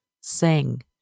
sing